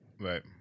Right